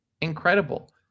incredible